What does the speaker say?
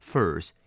First